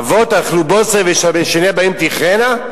אבות אכלו בוסר ושיני בנים תקהינה?